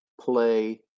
play